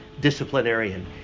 disciplinarian